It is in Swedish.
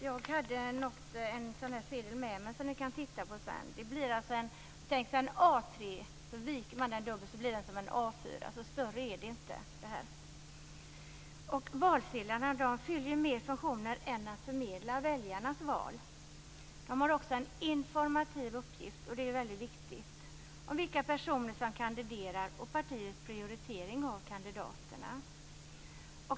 Jag hade en sådan här sedel med mig som ni kan titta på sedan. Den är, om man tänker sig, en A3 sida som man viker dubbel så att den blir som en A4. Större är den inte. Valsedlarna fyller ju flera funktioner än att förmedla väljarnas val. De har också en informativ uppgift, och det är väldigt viktigt, om vilka personer som kandiderar och om partiets prioritering av kandidaterna.